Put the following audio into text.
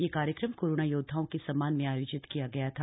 यह कार्यक्रम कोरोना योदधाओं के सम्मान में आयोजित किया गया था